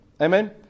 Amen